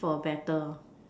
for better